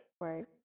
Right